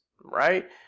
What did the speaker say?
right